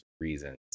reasons